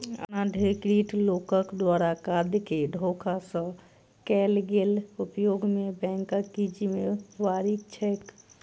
अनाधिकृत लोकक द्वारा कार्ड केँ धोखा सँ कैल गेल उपयोग मे बैंकक की जिम्मेवारी छैक?